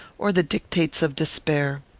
or the dictates of despair.